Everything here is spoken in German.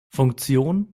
funktion